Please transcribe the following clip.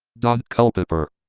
daunte culpepper,